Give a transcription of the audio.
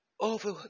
Over